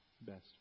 best